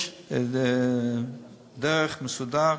יש דרך מסודרת.